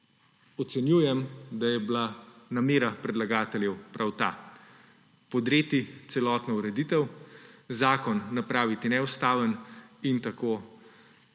ocenjujem, da je bila namera predlagateljev prav ta – podreti celotno ureditev, zakon napraviti neustaven in tako